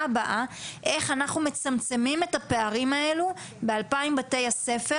הבאה איך אנחנו מצמצמים את הפערים האלו ב- 2,000 בתי-הספר.